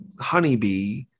honeybee